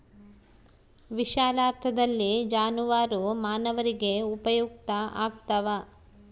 ವಿಶಾಲಾರ್ಥದಲ್ಲಿ ಜಾನುವಾರು ಮಾನವರಿಗೆ ಉಪಯುಕ್ತ ಆಗ್ತಾವ